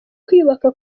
kwiyubaka